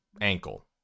ankle